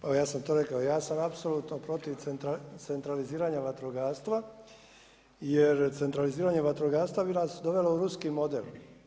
Pa evo ja sam to rekao, ja sam apsolutno protiv centralizirana vatrogastva jer centraliziranje vatrogastva bi nas dovelo u ruski model.